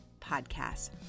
podcast